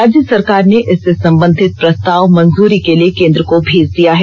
राज्य सरकार ने इससे संबंधित प्रस्ताव मंजूरी के लिए केंद्र को भेज दिया है